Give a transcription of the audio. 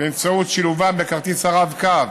באמצעות שילובן בכרטיס הרב-קו,